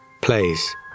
plays